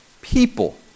people